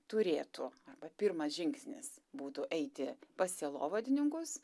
turėtų arba pirmas žingsnis būtų eiti pas sielovadininkus